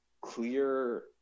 clear